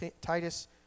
Titus